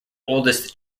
oldest